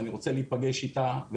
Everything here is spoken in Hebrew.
אני רוצה להיפגש איתה,